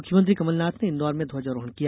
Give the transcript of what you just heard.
मुख्यमंत्री कमलनाथ ने इंदौर में ध्वजारोहण किया